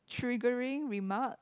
triggering remarks